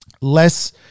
less